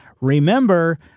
Remember